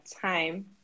time